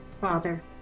Father